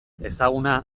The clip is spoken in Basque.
ezaguna